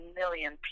million